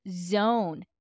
zone